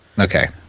Okay